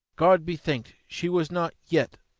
god be thanked she was not, yet,